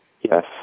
Yes